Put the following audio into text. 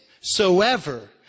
soever